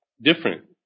different